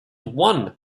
won